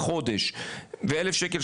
בחודש ואלף שקל,